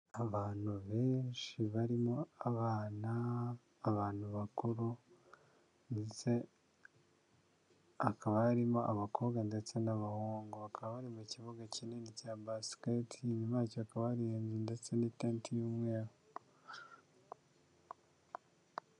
Abantu benshi barimo abana, abantu bakuru ndetse hakaba harimo abakobwa ndetse n'abahungu, bakaba bari mu kibuga kinini cya basiketi, inyuma yacyo hakaba hari ibintu ndetse n'iteti y'umweru.